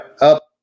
up